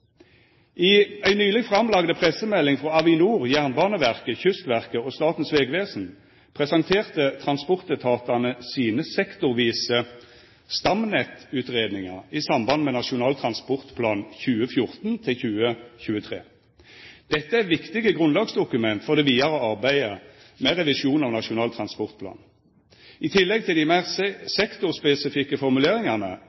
I ei nyleg framlagd pressemelding frå Avinor, Jernbaneverket, Kystverket og Statens vegvesen presenterte transportetatane sine sektorvise stamnettutgreiingar i samband med Nasjonal transportplan 2014–2023. Dette er viktige grunnlagsdokument for det vidare arbeidet med revisjon av Nasjonal transportplan. I tillegg til dei meir